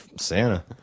Santa